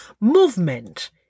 Movement